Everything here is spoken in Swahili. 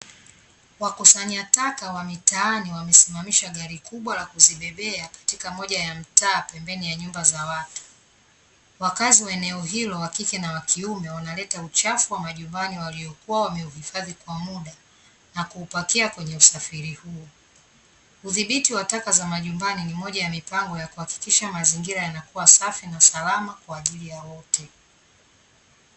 Wakusanya taka wa mitaani wamesimamisha gari kubwa la kuzibebea katika moja ya mtaa pembeni ya nyumba za watu. Wakazi wa eneo hilo wa kike na wa kiume wanaleta uchafu wa majumbani waliokuwa wamezivifadhi kwa muda, na kuupakia kwenye usafiri huo. Udhibiti wa taka za majumbani ni moja ya mpango ya kuhakikisha mazingira yanakuwa safi na salama kwa ajili ya wote.